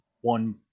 one